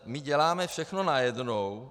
My děláme všechno najednou.